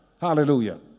Hallelujah